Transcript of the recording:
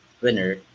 winner